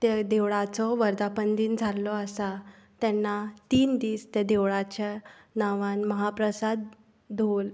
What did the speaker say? त्या देवळाचो वर्धापन दिन जाल्लो आसा तेन्ना तीन दीस त्या देवळाच्या नांवान महाप्रसाद दवर